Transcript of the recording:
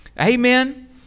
amen